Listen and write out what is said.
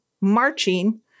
marching